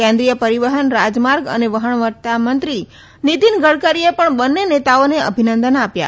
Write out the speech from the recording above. કેન્દ્રીય પરીવહન રાજમાર્ગ અને વહાણવટા મંત્રી નીતીન ગડકરીએ પણ બંને નેતાઓને અભિનંદન આપ્યા